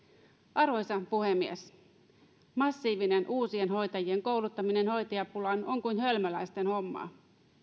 arvoisa puhemies massiivinen uusien hoitajien kouluttaminen hoitajapulaan on kuin hölmöläisten hommaa